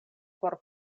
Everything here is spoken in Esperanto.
por